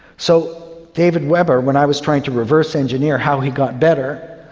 so david webber, when i was trying to reverse engineer how he got better,